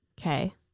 Okay